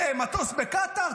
מטוס בקטר,